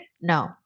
No